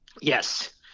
Yes